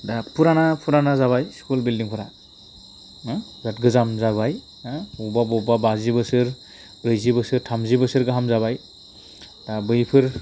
दा पुराना पुराना जाबाय स्कुल बिल्डिंफोरा बिराद गोजाम जाबाय बबेबा बबेबा बाजि बोसोर ब्रैजि बोसोर थामजि बोसोर गाहाम जाबाय दा बैफोर